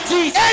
Jesus